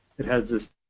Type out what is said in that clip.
it has this